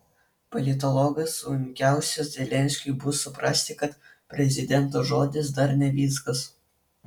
politologas sunkiausia zelenskiui bus suprasti kad prezidento žodis dar ne viskas